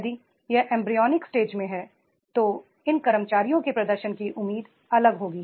यदि यह embryonic stage में है तो इन कर्मचारियों के प्रदर्शन की उम्मीद अलग होगी